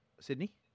Sydney